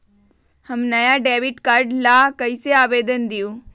हम नया debit card ला कईसे आवेदन दिउ?